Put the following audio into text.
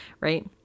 right